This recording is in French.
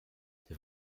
t’es